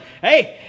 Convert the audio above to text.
hey